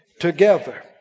together